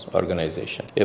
organization